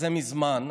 זה מזמן,